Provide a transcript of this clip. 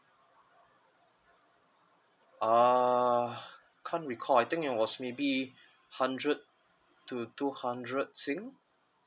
uh I can't recall I think it was maybe hundred to two hundred sing